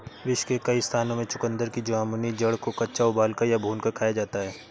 विश्व के कई स्थानों में चुकंदर की जामुनी जड़ को कच्चा उबालकर या भूनकर खाया जाता है